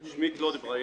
בבקשה.